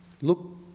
Look